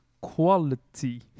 quality